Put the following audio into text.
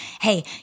Hey